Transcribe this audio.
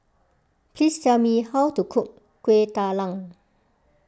please tell me how to cook Kueh Talam